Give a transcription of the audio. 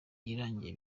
irangiye